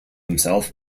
himself